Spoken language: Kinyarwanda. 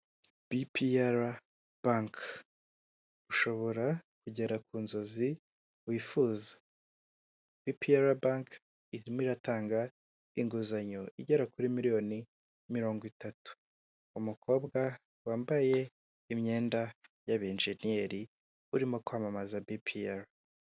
Bpr bank ushobora kugera ku nzozi wifuza, bpr bank irimo iratanga inguzanyo igera kuri miliyoni mirongo itatu. Umukobwa wambaye imyenda y'abejenyeri urimo kwamamaza bpr.